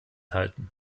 halten